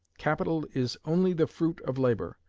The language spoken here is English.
capital is only the fruit of labor,